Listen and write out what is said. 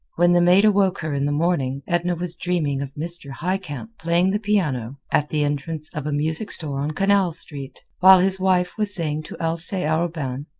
when the maid awoke her in the morning edna was dreaming of mr. highcamp playing the piano at the entrance of a music store on canal street, while his wife was saying to alcee arobin,